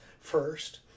First